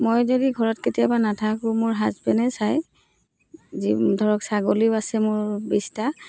মই যদি ঘৰত কেতিয়াবা নাথাকো মোৰ হাজবেণ্ডেই চাই যি ধৰক ছাগলীও আছে মোৰ বিছটা